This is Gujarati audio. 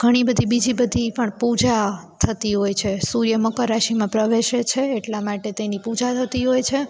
ઘણી બધી બીજી બધી પણ પૂજા થતી હોય છે સૂર્ય મકર રાશિમાં પ્રવેશે છે એટલા માટે તેની પૂજા થતી હોય છે